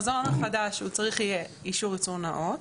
צריך יהיה אישור ייצור נאות.